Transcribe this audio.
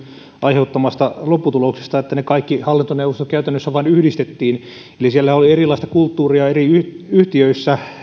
aiheuttamasta lopputuloksesta että ne kaikki hallintoneuvostot käytännössä vain yhdistettiin eli siellä oli erilaista kulttuuria eri yhtiöissä